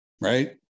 Right